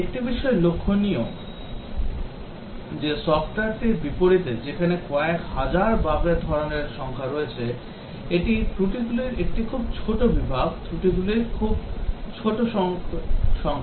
তবে একটি বিষয় লক্ষণীয় যে সফ্টওয়্যারটির বিপরীতে যেখানে কয়েক হাজার বাগের ধরণের সংখ্যা রয়েছে এটি ত্রুটিগুলির একটি খুব ছোট বিভাগ ত্রুটিগুলির খুব ছোট সংখ্যার